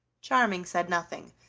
charming said nothing,